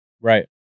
Right